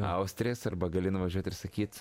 austrės arba gali nuvažiuot ir sakyt